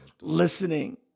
listening